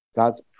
God's